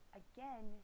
again